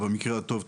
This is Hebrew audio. במקרה הטוב,